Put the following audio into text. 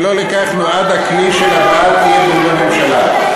ולא לכך נועד הכלי של הבעת אי-אמון בממשלה.